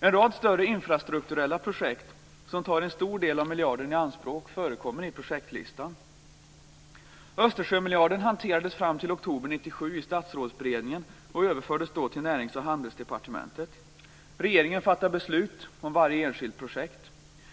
En rad större infrastrukturella projekt som tar en stor del av miljarden i anspråk förekommer på projektlistan. Närings och handelsdepartementet. Regeringen fattar beslut om varje enskilt projekt.